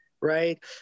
right